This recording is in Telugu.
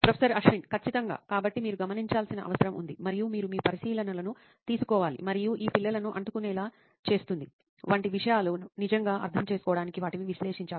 ప్రొఫెసర్ అశ్విన్ ఖచ్చితంగా కాబట్టి మీరు గమనించాల్సిన అవసరం ఉంది మరియు మీరు మీ పరిశీలనలను తీసుకోవాలి మరియు ఈ పిల్లలను అంటుకునేలా చేస్తుంది వంటి విషయాలను నిజంగా అర్థం చేసుకోవడానికి వాటిని విశ్లేషించాలా